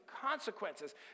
consequences